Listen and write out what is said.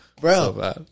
Bro